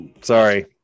sorry